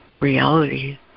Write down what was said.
reality